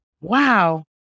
wow